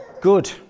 good